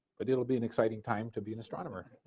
but it will be an exciting time to be an astronomer.